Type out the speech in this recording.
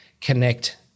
connect